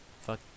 fuck